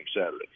Saturday